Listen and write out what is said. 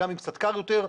גם אם קצת קר יותר,